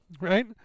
right